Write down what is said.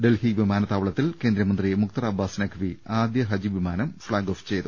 ഡൽഹി വിമാ നത്താവളത്തിൽ കേന്ദ്രമന്ത്രി മുഖ്തർ അബ്ബാസ് നഖ്വി ആദ്യ ഹജ്ജ് വിമാനം ഫ്ളാഗ് ഓഫ് ചെയ്തു